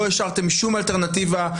לא השארתם שום אלטרנטיבה,